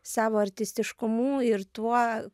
savo artistiškumu ir tuo